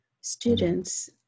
students